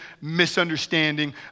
misunderstanding